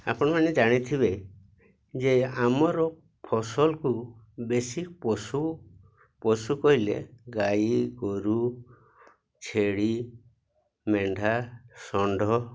ଆପଣମାନେ ଜାଣିଥିବେ ଯେ ଆମର ଫସଲକୁ ବେଶୀ ପଶୁ ପଶୁ କହିଲେ ଗାଈ ଗୋରୁ ଛେଳି ମେଣ୍ଢା ଷଣ୍ଢ